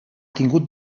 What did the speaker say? tingut